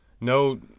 No